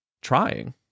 trying